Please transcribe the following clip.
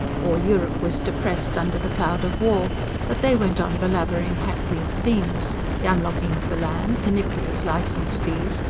all europe was depressed under the cloud of war but they went on belabouring hackneyed themes the unlocking of the lands, iniquitous licence-fees,